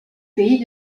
pays